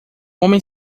homem